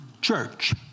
church